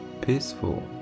peaceful